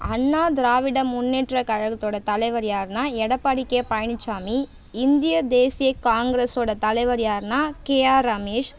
அண்ணா திராவிட முன்னேற்ற கழகத்தோட தலைவர் யாருன்னால் எடப்பாடி கே பழனிச்சாமி இந்திய தேசிய காங்கிரஸோட தலைவர் யாருன்னால் கேஆர் ரமேஷ்